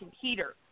heater